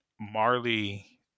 Marley